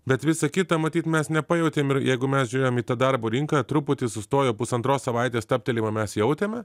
bet visa kita matyt mes nepajautėm ir jeigu mes žiūrėjom į tą darbo rinką truputį sustojo pusantros savaitės stabtelėjimą mes jautėme